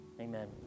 Amen